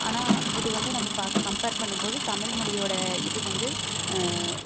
ஆனால் இது வந்து நம்ம பாக் கம்ப்பேர் பண்ணும்போது தமிழ் மொழியோட இது வந்து